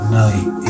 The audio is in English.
night